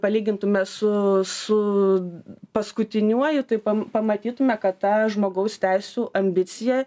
palygintume su su paskutiniuoju tai pamatytume kad ta žmogaus teisių ambicija